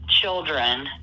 children